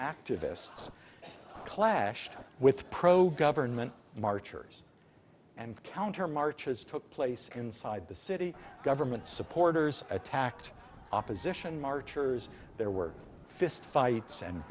activists clashed with probe government marchers and counter marches took place inside the city government supporters attacked opposition marchers there were fist fights and